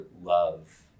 love